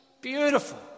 beautiful